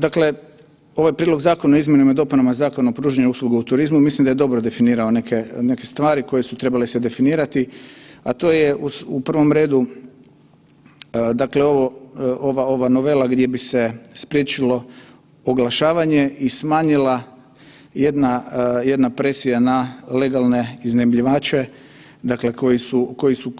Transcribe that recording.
Dakle, ovaj Prijedlog zakona o izmjenama i dopunama Zakona o pružanju usluga u turizmu, mislim da je dobro definirao neke stvari koje su trebale se definirati, a to je u prvom redu, dakle ovo, ova novela gdje bi se spriječilo oglašavanje i smanjila jedna presija na legalne iznajmljivače, dakle koji su